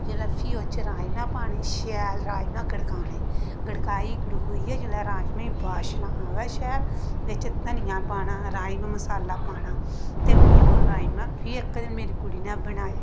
जेल्लै फ्ही ओह्दे च राजमांह् पाने शैल राजमांह् गडकाने गड़काई गड़कोई जेल्लै राजमांह् दी बाशना आवै शैल ते बिच धनिया पाना राजमांह् मसला पाना ते फ्ही ओह् राजमांह् फ्ही इक दिन मेरी कुड़ी ने बनाए